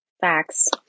Facts